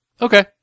Okay